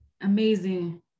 amazing